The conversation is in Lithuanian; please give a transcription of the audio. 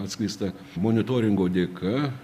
atskleista monitoringo dėka